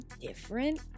different